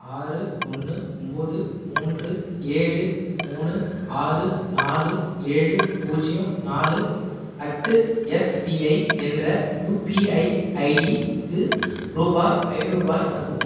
ஆறு ஒன்று ஒம்போது மூன்று ஏழு மூணு ஆறு நாலு ஏழு பூஜ்ஜியம் நாலு அட் எஸ்பிஐ என்ற யுபிஐ ஐடிக்கு ரூபாய் ஐநூறுரூபாய் அனுப்பவும்